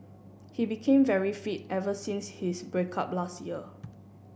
he became very fit ever since his break up last year